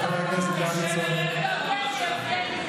כי אתה לא מסוגל לרדת לשפה שלהם.